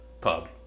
pub